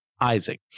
Isaac